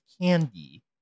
candy